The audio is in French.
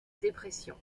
dépression